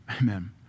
Amen